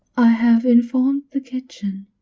i have informed the kitchen.